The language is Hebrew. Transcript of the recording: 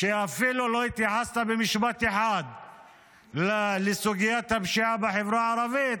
שאפילו במשפט אחד לא התייחס לסוגיית הפשיעה בחברה הערבית,